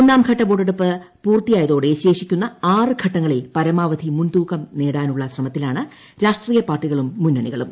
ഒന്നാംഘട്ട വോട്ടെടുപ്പ് പൂർത്തിയായതോടെ ശേഷിക്കുന്ന ആറ് ഘട്ടങ്ങളിൽ പരമാവധി മുൻതൂക്കം നേടാനുള്ള ശ്രമത്തിലാണ് രാഷ്ട്രീയ പാർട്ടികളും മുന്നണികളും